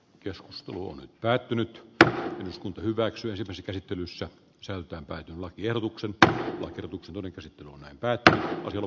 keskustelu on päättynyt tai hyväksyä sitä sikäli tylyssä selkeämpään lakiehdotuksen p ketutuksen uudeksi päätä oleva